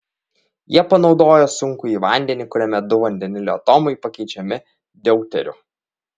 jie panaudojo sunkųjį vandenį kuriame du vandenilio atomai pakeičiami deuteriu